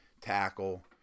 tackle